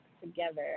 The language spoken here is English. together